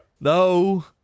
No